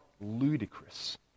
ludicrous